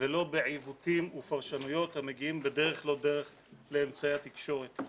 ולא בעיוותים ופרשנויות המגיעים בדרך לא דרך לאמצעי התקשורת.